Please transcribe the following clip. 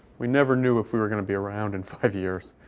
we never knew if we were going to be around in five years.